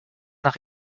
nach